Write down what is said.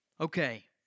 Okay